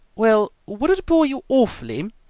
well, would it bore you awfully,